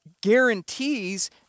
guarantees